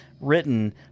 written